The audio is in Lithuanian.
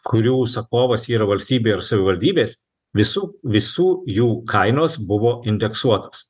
kurių užsakovas yra valstybė ir savivaldybės visų visų jų kainos buvo indeksuotos